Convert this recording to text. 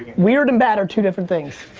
weird and bad are two different things.